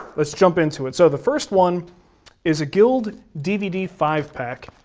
let's jump into it. so the first one is a guild dvd five-pack,